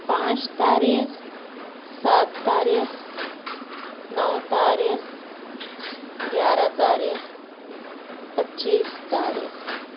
پانچ تاریخ سات تاریخ نو تاریخ گیارہ تاریخ پچیس تاریخ